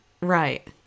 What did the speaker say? Right